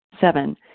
Seven